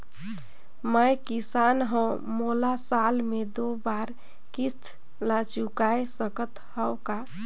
मैं किसान हव मोला साल मे दो बार किस्त ल चुकाय सकत हव का?